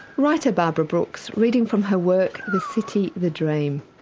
writer barbara brooks reading from her work the city, the dream',